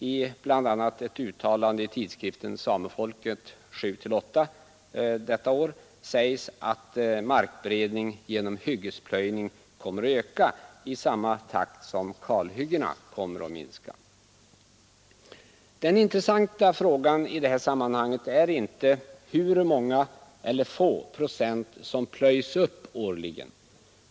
Det sägs bl.a. i tidskriften Samefolket nr 7—8 detta år, att markberedning genom hyggesplöjning kommer att öka i samma takt som kalhyggena kommer att minska. Den intressanta frågan i sammanhanget är inte hur många eller hur få procent som plöjs upp årligen.